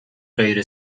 غیر